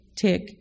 tick